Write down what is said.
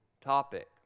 topic